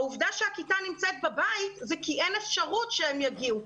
העובדה שהכיתה נמצאת בבית זה כי אין אפשרות שהם יגיעו.